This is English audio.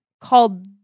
called